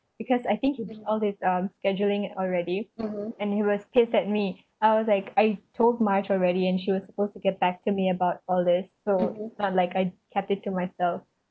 because I think he did all these uh scheduling already and he was pissed at me I was like I told marge already and she was supposed to get back to me about all these so not like I kept it to myself